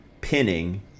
pinning